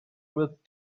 with